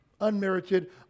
Unmerited